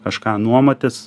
kažką nuomotis